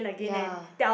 ya